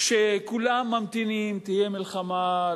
שכולם ממתינים: תהיה מלחמה,